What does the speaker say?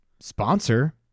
sponsor